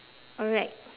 alright